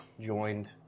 joined